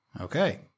Okay